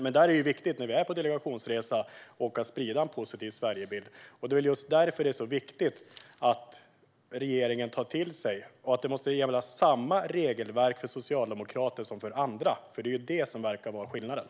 Det är dock viktigt att sprida en positiv Sverigebild när vi är på delegationsresa. Just därför är det viktigt att regeringen tar detta till sig. Samma regelverk måste gälla för socialdemokrater som för andra - det är detta som verkar vara skillnaden.